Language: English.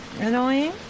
Annoying